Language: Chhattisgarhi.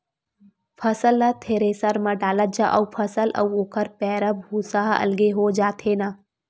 फसल ल थेरेसर म डालत जा अउ फसल अउ ओखर पैरा, भूसा ह अलगे हो जाथे न